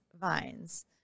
Vines